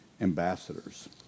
ambassadors